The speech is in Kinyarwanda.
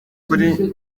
kuri